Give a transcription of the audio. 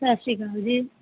ਸਤਿ ਸ਼੍ਰੀ ਅਕਾਲ ਜੀ